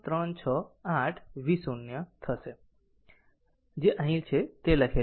368 v 0 થશે જે અહીં છે તે અહીં લખેલું છે